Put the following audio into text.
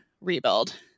rebuild